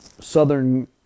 Southern